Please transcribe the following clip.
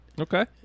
Okay